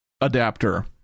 adapter